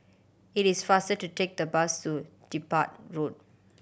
it is faster to take the bus to Dedap Road